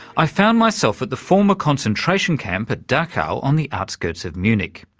i found myself at the former concentration camp at dachau on the outskirts of munich.